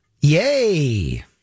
Yay